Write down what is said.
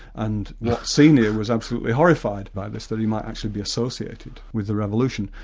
and watt senior was absolutely horrified by this, that he might actually be associated with the revolution.